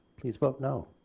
please vote no.